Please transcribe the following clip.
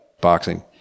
boxing